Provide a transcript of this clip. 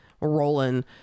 rolling